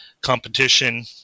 Competition